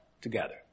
together